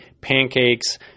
pancakes